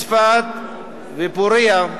צפת ופורייה,